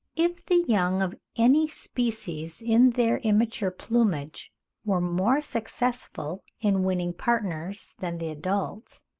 if the young of any species in their immature plumage were more successful in winning partners than the adults,